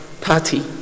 party